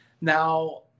now